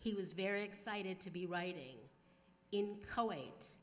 he was very excited to be writing in coates